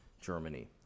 Germany